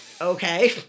Okay